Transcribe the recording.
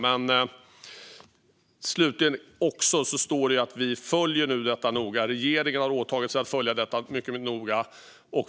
Det står att vi följer detta noga. Regeringen har åtagit sig att följa detta mycket noga.